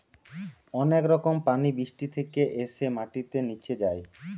অনেক রকম পানি বৃষ্টি থেকে এসে মাটিতে নিচে যায়